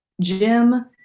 Jim